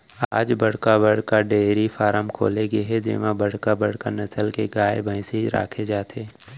आज बड़का बड़का डेयरी फारम खोले गे हे जेमा बड़का बड़का नसल के गाय, भइसी राखे जाथे